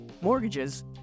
mortgages